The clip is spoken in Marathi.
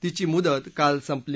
तिची मुदत काल संपली